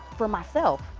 for myself.